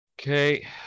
Okay